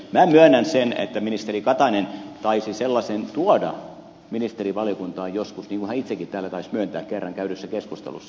minä myönnän sen että ministeri katainen taisi sellaisen tuoda ministerivaliokuntaan joskus niin kuin hän itsekin täällä taisi myöntää kerran käydyssä keskustelussa